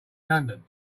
london